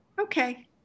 okay